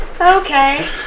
Okay